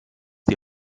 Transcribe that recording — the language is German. die